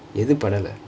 எதும் பன்னல:ethum pannala